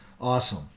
Awesome